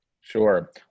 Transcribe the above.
Sure